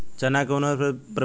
चना के उन्नत प्रभेद बताई?